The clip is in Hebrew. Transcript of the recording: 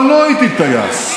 אבל לא הייתי טייס,